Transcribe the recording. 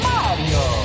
Mario